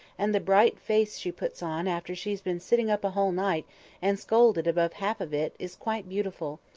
and the bright face she puts on after she's been sitting up a whole night and scolded above half of it, is quite beautiful.